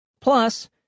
Plus